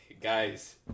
Guys